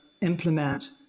implement